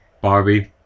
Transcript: Barbie